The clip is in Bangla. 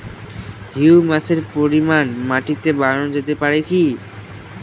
হিউমাসের পরিমান মাটিতে বারানো যেতে পারে কি?